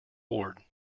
bored